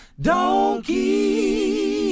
donkey